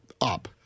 up